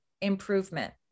improvement